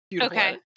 Okay